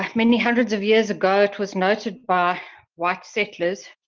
many hundreds of years ago it was noted by white settlers,